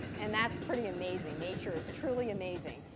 and that's pretty amazing. nature is truly amazing.